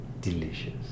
Delicious